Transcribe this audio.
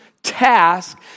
task